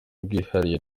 bwihariye